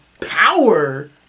power